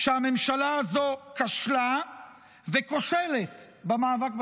שהממשלה הזו כשלה וכושלת במאבק בטרור.